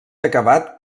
acabat